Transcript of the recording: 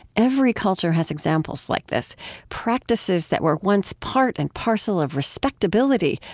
every culture has examples like this practices that were once part and parcel of respectability,